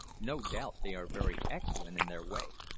no doubt they are very excellent in their way,